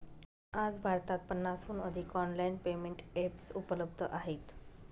आज भारतात पन्नासहून अधिक ऑनलाइन पेमेंट एप्स उपलब्ध आहेत